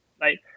Right